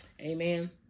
Amen